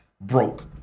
broke